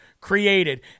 created